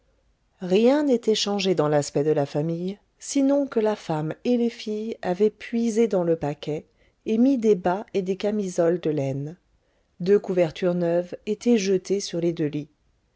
rien n'était changé dans l'aspect de la famille sinon que la femme et les filles avaient puisé dans le paquet et mis des bas et des camisoles de laine deux couvertures neuves étaient jetées sur les deux lits